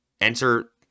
Enter